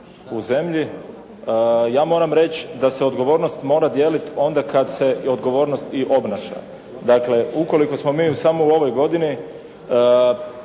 u zemlji. Ja moram reći da se odgovornost mora dijeliti onda kad se odgovornost i obnaša. Dakle, ukoliko smo mi samo u ovoj godini